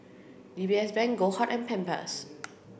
D B S Bank Goldheart and Pampers